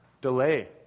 Delay